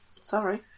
Sorry